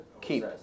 keep